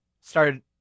started